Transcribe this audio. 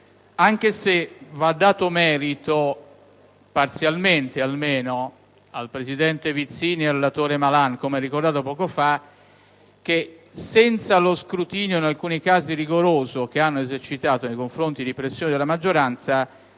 anche se va dato merito - parzialmente almeno - al presidente Vizzini ed al relatore Malan del fatto che, senza lo scrutinio, in alcuni casi rigoroso, da loro esercitato nei confronti di pressioni della maggioranza,